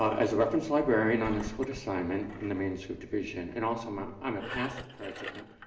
as a reference librarian on a split assignment in the manuscript division, and also i'm i'm a past president,